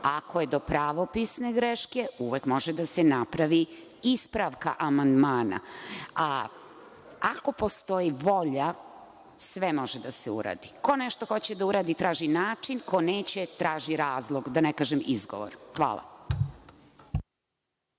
ako je do pravopisne greške, uvek može da se napravi ispravka amandmana, a ako postoji volja, sve može da se uradi. Ko nešto hoće da uradi traži način, ko neće, traži razlog. Da ne kažem – izgovor. Hvala.